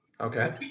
Okay